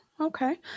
okay